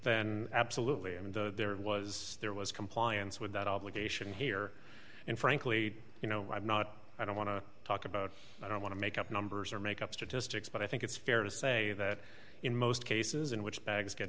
then absolutely and there was there was compliance with that obligation here and frankly you know i'm not i don't want to talk about i don't want to make up numbers or make up statistics but i think it's fair to say that in most cases in which bags get